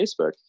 Facebook